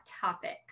topics